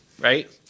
right